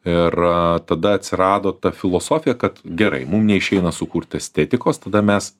ir tada atsirado ta filosofija kad gerai mum neišeina sukurti estetikos tada mes